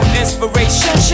inspiration